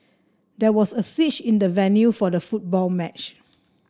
there was a switch in the venue for the football match